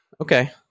Okay